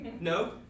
No